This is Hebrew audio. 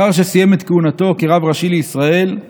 אחר שסיים את כהונתו כרב ראשי לישראל,